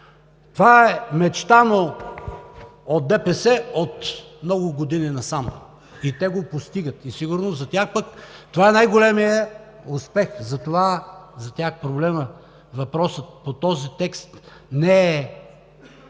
Това е мечтано от ДПС от много години насам и те го постигат. Сигурно за тях това е най-големият успех, затова за тях въпросът по този текст не е